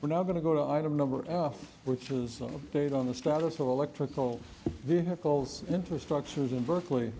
we're not going to go to item number which is on date on the status of electrical vehicles infrastructures in berkeley